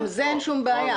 עם זה אין שום בעיה.